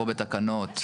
או בתקנות,